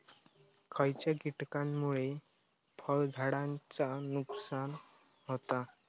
खयच्या किटकांमुळे फळझाडांचा नुकसान होता?